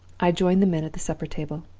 i joined the men at the supper-table.